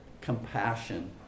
compassion